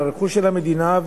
לרכוש של המדינה,